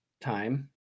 time